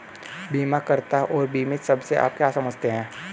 बीमाकर्ता और बीमित शब्द से आप क्या समझते हैं?